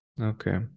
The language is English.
okay